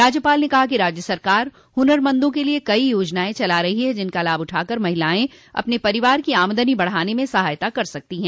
राज्यपाल ने कहा कि राज्य सरकार हुनरमंदों के लिये कई योजनाएं चला रही है जिनका लाभ उठाकर महिलाएं अपने परिवार की आमदनी बढ़ाने में सहायता कर सकती है